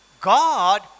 God